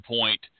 point